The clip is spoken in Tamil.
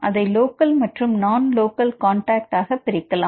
அதை லோக்கல் மற்றும் நான் லோக்கல் காண்டாக்டாக பிரிக்கலாம்